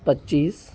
पच्चीस